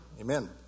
Amen